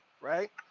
Right